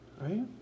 right